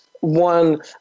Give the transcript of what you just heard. one